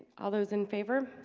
all those in favor.